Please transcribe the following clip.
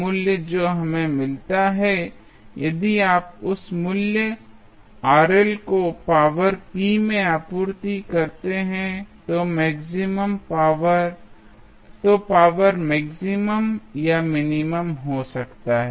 मूल्य जो हमें मिलता है यदि आप उस मूल्य को पावर p में आपूर्ति करते हैं तो पावर मैक्सिमम या मिनिमम हो सकता है